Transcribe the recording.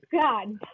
god